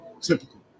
Typical